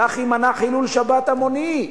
כך יימנע חילול שבת המוני.